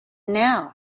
now